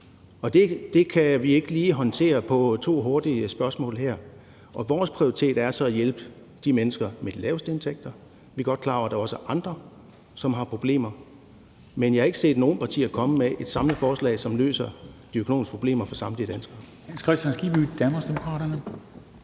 steget, kan vi ikke lige håndtere det på to hurtige spørgsmål her. Vores prioritet er så at hjælpe de mennesker med de laveste indtægter. Vi er godt klar over, at der også er andre, som har problemer, men jeg har ikke set nogen partier komme med et samlet forslag, som løser de økonomiske problemer for samtlige danskere.